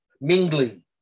mingling